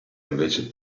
invece